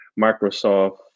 Microsoft